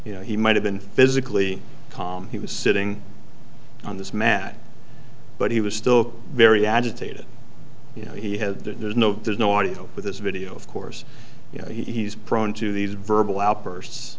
you know he might have been physically calm he was sitting on this mat but he was still very agitated you know he had there's no there's no audio with this video of course you know he's prone to these verbal outburst